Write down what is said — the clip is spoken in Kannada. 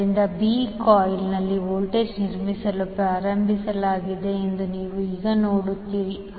ಆದ್ದರಿಂದ B ಕಾಯಿಲ್ನಲ್ಲಿ ವೋಲ್ಟೇಜ್ ನಿರ್ಮಿಸಲು ಪ್ರಾರಂಭಿಸಲಾಗಿದೆ ಎಂದು ನೀವು ಈಗ ನೋಡುತ್ತೀರಿ